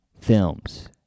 films